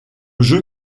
jeu